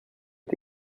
est